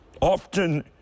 Often